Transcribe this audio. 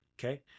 Okay